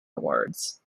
awards